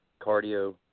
cardio